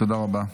תודה רבה.